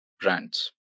brands